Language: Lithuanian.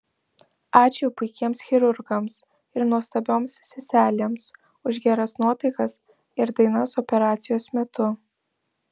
ačiū puikiems chirurgams ir nuostabioms seselėms už geras nuotaikas ir dainas operacijos metu